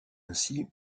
ainsi